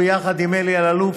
ביחד עם אלי אלאלוף,